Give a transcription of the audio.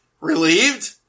Relieved